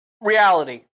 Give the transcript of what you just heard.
reality